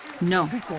No